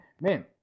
man